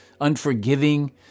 unforgiving